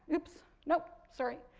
oops, nope, sorry.